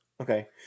Okay